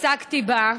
טרומית,